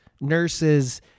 nurses